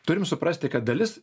turim suprasti kad dalis